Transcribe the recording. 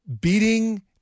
beating –